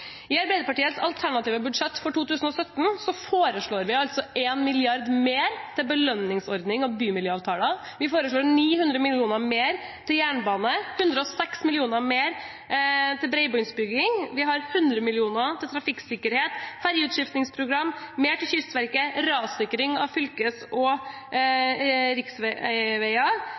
I Arbeiderpartiets alternative budsjett for 2017 foreslår vi altså 1 mrd. kr mer til belønningsordning og bymiljøavtaler. Vi foreslår 900 mill. kr mer til jernbane og 106 mill. kr mer til bredbåndsutbygging. Vi har 100 mill. kr til trafikksikkerhet, ferjeutskiftingsprogram, mer til Kystverket, rassikring av fylkes- og